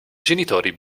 genitori